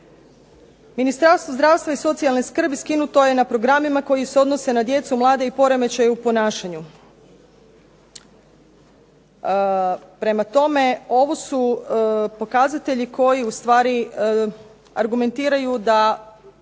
Ministarstvo zdravstva i socijalne skrbi skinuto je na programima koji se odnose na djecu i mlade i poremećaje u ponašanju. Prema tome, ovo su pokazatelji koji ustvari argumentiraju da